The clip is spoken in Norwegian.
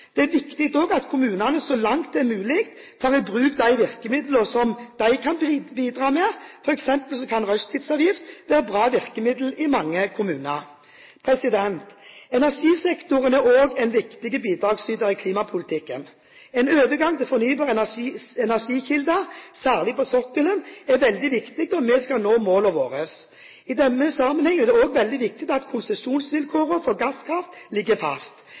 Det er viktig at kommunene så langt det er mulig, tar i bruk de virkemidler som de kan bidra med. For eksempel kan rushtidsavgift være et godt virkemiddel i mange kommuner. Energisektoren er også en viktig bidragsyter i klimapolitikken. En overgang til fornybare energikilder, særlig på sokkelen, er veldig viktig om vi skal nå målene våre. I denne sammenhengen er det også veldig viktig at konsesjonsvilkårene for gasskraft ligger fast